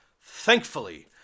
thankfully